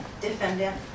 defendant